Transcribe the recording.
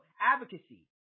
advocacy